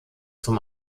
zum